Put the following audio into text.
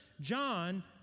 John